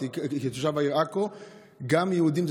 גם יהודים.